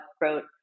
wrote